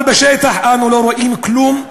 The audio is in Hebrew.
אבל בשטח אנו לא רואים כלום.